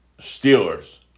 Steelers